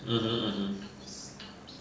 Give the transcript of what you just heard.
mmhmm mmhmm